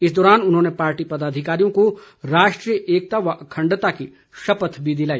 इस दौरान उन्होंने पार्टी पदाधिकारियों को राष्ट्रीय एकता व अखंडता की शपथ भी दिलाई